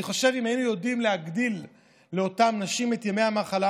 אני חושב שאם היינו יודעים להגדיל לאותן נשים את ימי המחלה,